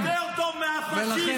חבר הכנסת בליאק.